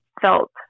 felt